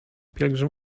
pielgrzym